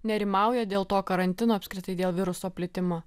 nerimauja dėl to karantino apskritai dėl viruso plitimo